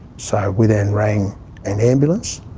so we then rang an ambulance.